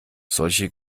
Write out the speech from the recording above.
solche